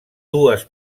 dues